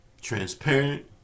Transparent